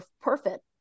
perfect